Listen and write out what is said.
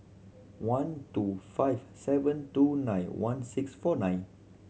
one two five seven two nine one six four nine